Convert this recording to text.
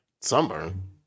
Sunburn